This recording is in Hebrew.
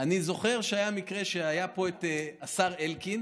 אני זוכר שהיה מקרה שהיה פה השר אלקין